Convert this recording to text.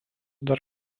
dar